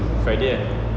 friday lah